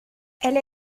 elle